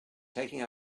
taking